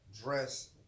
dress